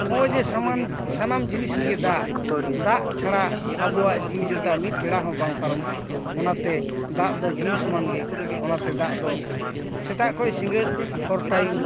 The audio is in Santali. ᱦᱚᱸᱜᱼᱚᱭ ᱡᱮ ᱥᱟᱢᱟᱱ ᱥᱟᱱᱟᱢ ᱡᱤᱱᱤᱥ ᱨᱮᱜᱮ ᱫᱟᱜ ᱫᱟᱜ ᱪᱷᱟᱲᱟ ᱟᱵᱚᱣᱟᱜ ᱡᱤᱣᱤ ᱡᱚᱛᱟ ᱢᱤᱫ ᱵᱮᱲᱟ ᱦᱚᱸ ᱵᱟᱝ ᱯᱟᱨᱚᱢᱚᱜᱼᱟ ᱚᱱᱟᱛᱮ ᱫᱟᱜ ᱫᱚ ᱡᱤᱣᱤ ᱥᱚᱢᱟᱱ ᱜᱮ ᱚᱱᱟ ᱛᱮ ᱫᱟᱜ ᱫᱚ ᱥᱮᱛᱟᱜ ᱠᱷᱚᱱ ᱥᱤᱜᱟᱹᱲ ᱦᱚᱨ ᱴᱟᱭᱤᱢ